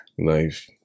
Life